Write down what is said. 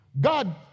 God